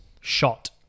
Shot